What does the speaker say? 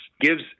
gives